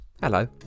Hello